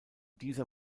dieser